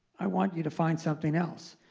i want you to find something else.